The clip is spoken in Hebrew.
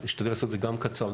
אשתדל לעשות את זה גם קצר,